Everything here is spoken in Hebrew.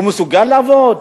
הוא מסוגל לעבוד?